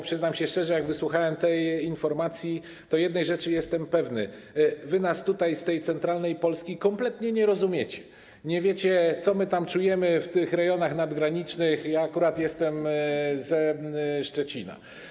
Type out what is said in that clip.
Przyznam się szczerze, że jak wysłuchałem tej informacji, to jednej rzeczy jestem pewny: wy nas tutaj z tej centralnej Polski kompletnie nie rozumiecie, nie wiecie, co my tam czujemy w tych rejonach nadgranicznych - ja akurat jestem ze Szczecina.